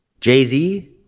Jay-Z